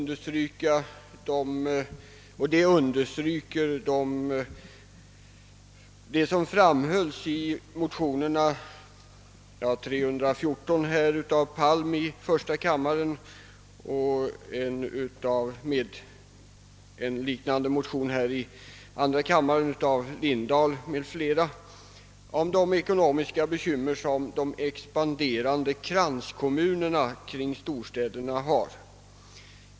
Dessa bekymmer understryker vad som framhölls i motionen I: 314 av herr Sture Palm och i en likalydande motion i denna kammare av herr Lindahl m.fl. om de ekonomiska bekymmer som de expanderande kranskommunerna kring storstäderna har.